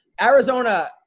Arizona